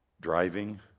driving